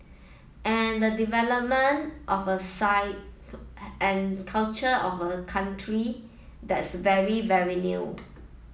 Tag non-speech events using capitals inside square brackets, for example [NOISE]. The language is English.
and the development of a [UNINTELLIGIBLE] and culture of a country that's very very new